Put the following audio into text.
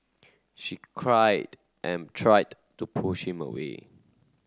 she cried and tried to push him away